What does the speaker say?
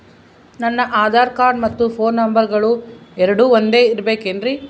ನನ್ನ ಆಧಾರ್ ಕಾರ್ಡ್ ಮತ್ತ ಪೋನ್ ನಂಬರಗಳು ಎರಡು ಒಂದೆ ಇರಬೇಕಿನ್ರಿ?